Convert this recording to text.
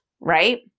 right